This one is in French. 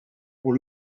pour